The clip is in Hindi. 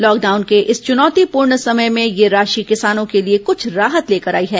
लॉकडाउन के इस चुनौतीपूर्ण समय में यह राशि किसानों के लिए कुछ राहत लेकर आई है